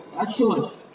Excellent